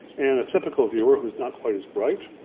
and a typical viewer who's not quite as bright.